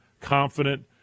confident